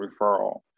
referral